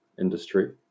industry